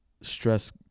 stress